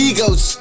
Egos